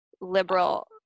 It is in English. liberal